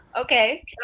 Okay